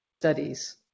studies